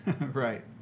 Right